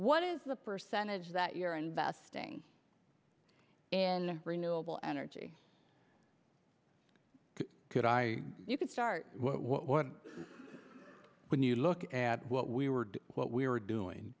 what is the percentage that you're investing in renewable energy could i you can start what when you look at what we were what we were doing